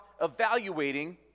evaluating